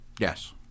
Yes